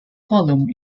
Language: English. column